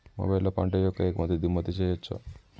మొబైల్లో పంట యొక్క ఎగుమతి దిగుమతి చెయ్యచ్చా?